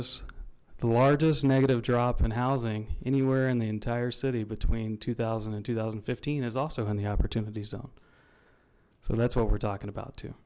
e the largest negative drop in housing anywhere in the entire city between two thousand and two thousand and fifteen is also an the opportunity zone so that's what we're talking about